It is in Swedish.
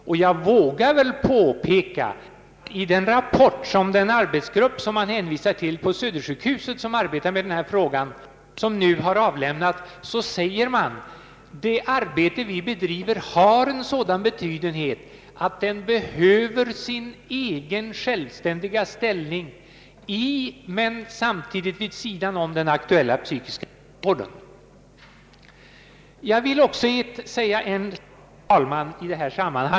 Och jag vågar väl påpeka: I rapporten från den arbetsgrupp på Södersjukhuset som arbetat med denna fråga säger man att det arbete man bedriver har en sådan betydenhet att det behöver sin egen självständiga ställning i men samtidigt vid sidan om den aktuella psykiska vården. Jag vill, herr talman, också säga en annan sak i detta sammanhang.